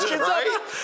Right